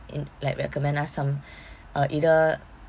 in like recommend us some uh either